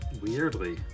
Weirdly